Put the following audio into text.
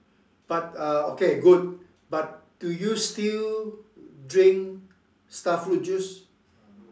but uh okay good but do you still drink starfruit juice